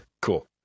Cool